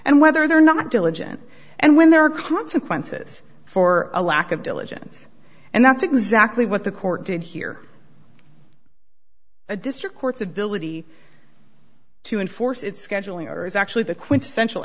and whether they're not diligent and when there are consequences for a lack of diligence and that's exactly what the court did here a district court's ability to enforce it's scheduling or is actually the quintessential